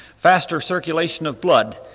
faster circulation of blood,